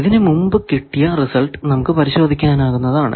ഇതിനു മുമ്പു കിട്ടിയ റിസൾട്ട് നമുക്ക് പരിശോധിക്കാനാകുന്നതാണ്